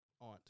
aunt